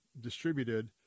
distributed